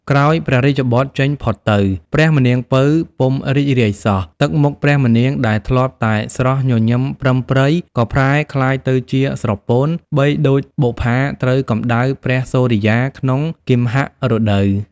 ក្រោយព្រះរាជបុត្រចេញផុតទៅ ព្រះម្នាង ពៅ ពុំរីករាយសោះ ទឹកមុខព្រះម្នាងដែលធ្លាប់តែស្រស់ញញឹមប្រិមប្រិយ ក៏ប្រែក្លាយទៅជាស្រពោន បីដូចបុប្ផាត្រូវកម្ដៅព្រះសុរិយាក្នុងគិម្ហៈរដូវ ។